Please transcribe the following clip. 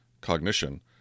cognition